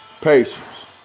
Patience